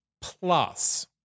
Plus